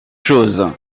chose